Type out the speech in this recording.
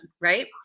right